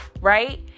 right